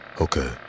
Okay